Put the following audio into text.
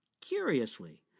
Curiously